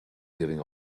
giving